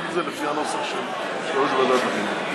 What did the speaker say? לפי הנוסח של יושב-ראש ועדת החינוך,